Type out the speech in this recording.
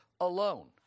alone